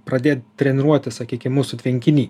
pradėt treniruotis sakykim mūsų tvenkiny